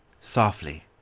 softly